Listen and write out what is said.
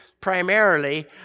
primarily